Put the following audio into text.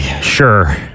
Sure